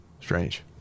Strange